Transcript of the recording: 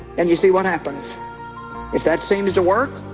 and you see what happens if that seems to work